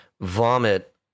vomit